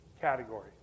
category